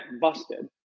busted